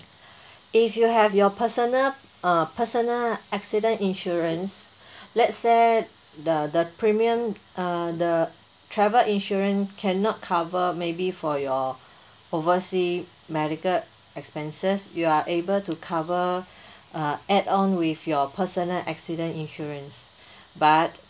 if you have your personal uh personal accident insurance let's say the the premium uh the travel insurance cannot cover maybe for your oversea medical expenses you are able to cover uh add on with your personal accident insurance but